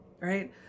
right